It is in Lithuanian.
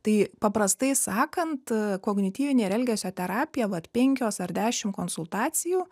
tai paprastai sakant kognityvinė ir elgesio terapija vat penkios ar dešim konsultacijų